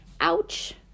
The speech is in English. ouch